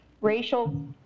racial